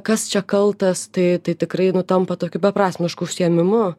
kas čia kaltas tai tai tikrai nu tampa tokiu beprasmišku užsiėmimu